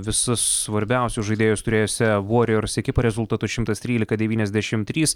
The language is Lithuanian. visus svarbiausius žaidėjus turėjusią vuoriors ekipą rezultatu šimtas trylika devyniasdešimt trys